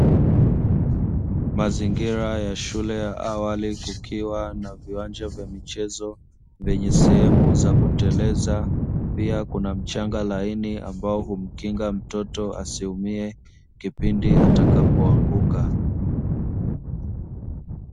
Mazingira ya shule ya awali kukiwa na viwanja vya michezo vyenye sehemu za kuteleza, pia kuna mchanga laini ambao humkinga mtoto asiumie kipindi atakapoanguka.